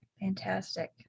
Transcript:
fantastic